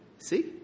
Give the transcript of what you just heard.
See